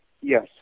Yes